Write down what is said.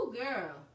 girl